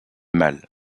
mâles